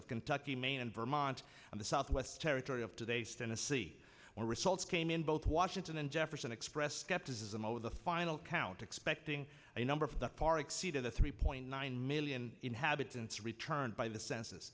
of kentucky maine and vermont and the southwest territory of today's tennessee where results came in both washington and jefferson expressed skepticism over the final count expecting a number of the far exceed of the three point nine million inhabitants returned by the cens